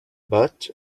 but